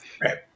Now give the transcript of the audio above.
Right